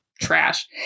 trash